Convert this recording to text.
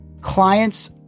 clients